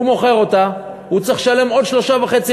הוא מוכר אותה, הוא צריך לשלם עוד 3.5%,